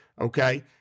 okay